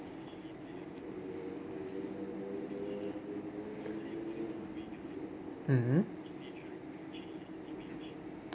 mmhmm